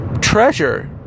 treasure